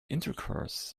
intercourse